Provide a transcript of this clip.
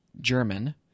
german